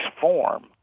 form